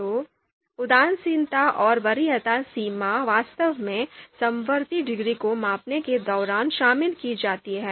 तो उदासीनता और वरीयता सीमा वास्तव में समवर्ती डिग्री को मापने के दौरान शामिल की जाती है